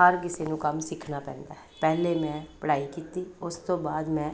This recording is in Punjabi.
ਹਰ ਕਿਸੇ ਨੂੰ ਕੰਮ ਸਿੱਖਣਾ ਪੈਂਦਾ ਹੈ ਪਹਿਲੇ ਮੈਂ ਪੜ੍ਹਾਈ ਕੀਤੀ ਉਸ ਤੋਂ ਬਾਅਦ ਮੈਂ